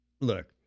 look